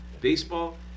Baseball